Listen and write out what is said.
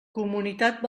comunitat